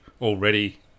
already